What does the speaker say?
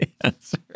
answer